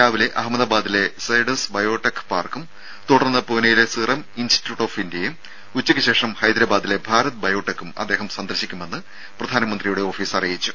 രാവിലെ അഹമ്മദാബാദിലെ സൈഡസ് ബയോടെക് പാർക്കും തുടർന്ന് പൂനെയിലെ സിറം ഇൻസ്റ്റിറ്റ്യൂട്ട് ഓഫ് ഇന്ത്യയും ഉച്ചക്ക് ശേഷം ഹൈദരാബാദിലെ ഭാരത് ബയോടെക്കും അദ്ദേഹം സന്ദർശിക്കുമെന്ന് പ്രധാനമന്ത്രിയുടെ ഓഫീസ് അറിയിച്ചു